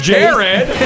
Jared